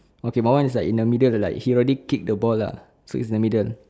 okay my one is like in the middle like he already kick the ball lah so it's the middle